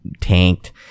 tanked